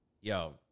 yo